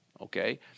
Okay